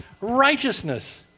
righteousness